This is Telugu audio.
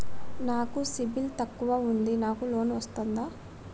నాకు సిబిల్ తక్కువ ఉంది నాకు లోన్ వస్తుందా?